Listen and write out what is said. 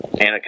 Anna